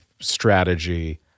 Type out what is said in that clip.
strategy